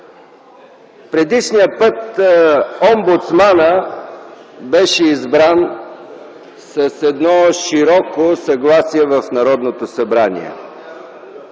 Предишния път омбудсманът беше избран с едно широко съгласие в Народното събрание,